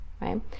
right